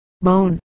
bone